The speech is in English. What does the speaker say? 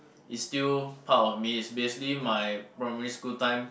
is still part of me is basically my primary school time